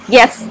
Yes